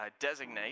designate